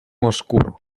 oscuro